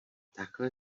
takhle